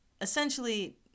essentially